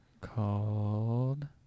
called